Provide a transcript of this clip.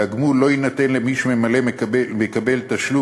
והגמול לא יינתן למי שממילא מקבל תשלום